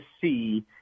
see